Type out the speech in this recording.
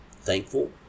thankful